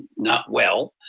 not well,